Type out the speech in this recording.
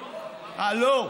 לא,